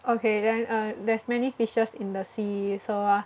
okay then uh there's many fishes in the sea so ah